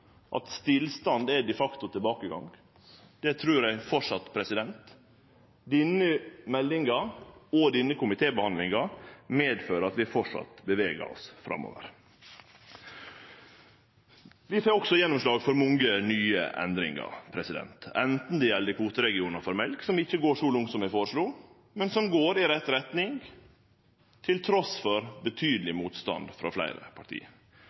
at stillstand er de facto tilbakegang. Det trur eg framleis. Denne meldinga og denne komitébehandlinga medfører at vi framleis beveger oss framover. Vi får også gjennomslag for mange nye endringar, anten det gjeld kvoteregionar for mjølk – som ikkje går så langt eg føreslo, men som går i rett retning trass i betydeleg motstand frå fleire parti